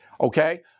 okay